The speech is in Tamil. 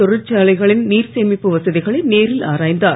தொழிற்சாலைகளின் நீர் சேமிப்பு வசதிகளை நேரில் ஆராய்ந்தார்